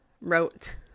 wrote